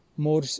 More